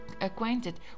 acquainted